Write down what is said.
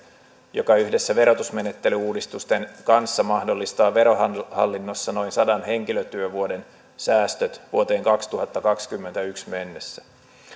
joka yhdessä verotusmenettelyuudistusten kanssa mahdollistaa verohallinnossa noin sadan henkilötyövuoden säästöt vuoteen kaksituhattakaksikymmentäyksi mennessä